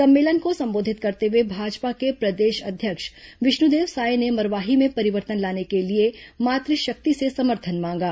सम्मेलन को संबोधित करते हुए भाजपा के प्रदेश अध्यक्ष विष्णुदेव साय ने मरवाही में परिवर्तन लाने के लिए मातुशक्ति से समर्थन मांगा